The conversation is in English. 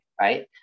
right